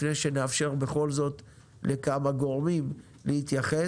לפני שנאפשר בכל זאת לכמה גורמים להתייחס.